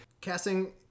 Casting